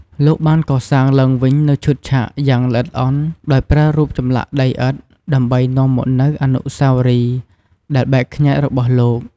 លោកបានកសាងឡើងវិញនូវឈុតឆាកយ៉ាងល្អិតល្អន់ដោយប្រើរូបចម្លាក់ដីឥដ្ឋ ដើម្បីនាំមកនូវអនុស្សាវរីយ៍ដែលបែកខ្ញែករបស់លោក។